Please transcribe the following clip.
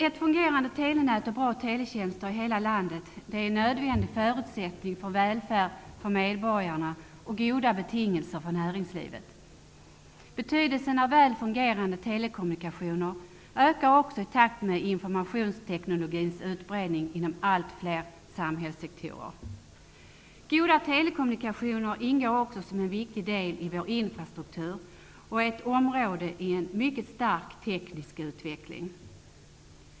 Ett fungerande telenät och bra teletjänster i hela landet är en nödvändig förutsättning för välfärd för medborgarna och för goda betingelser för näringslivet. Betydelsen av väl fungerande telekommunikationer ökar också i takt med informationsteknologins utbredning inom allt fler samhällssektorer. Goda telekommunikationer ingår också som en viktig del i vår infrastruktur. Det är ett område i en mycket stark teknisk utveckling.